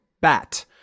bat